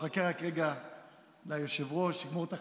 נחכה רק רגע ליושב-ראש שיגמור את החפיפה.